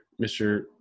Mr